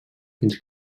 fins